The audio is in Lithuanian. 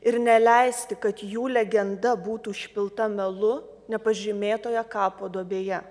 ir neleisti kad jų legenda būtų užpilta melu nepažymėtoje kapo duobėje